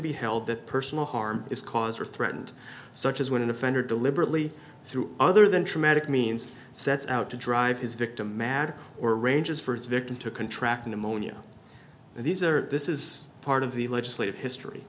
be held that personal harm is cause or threatened such as when an offender deliberately through other than traumatic means sets out to drive his victim mad or arranges for his victim to contract pneumonia and these are this is part of the legislative history